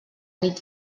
nit